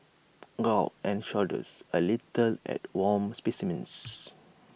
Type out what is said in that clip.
gawk and shudders A little at worm specimens